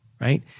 right